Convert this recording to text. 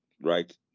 right